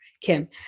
Kim